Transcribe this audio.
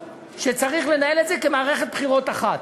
שצריך לנהל את זה כמערכת בחירות אחת.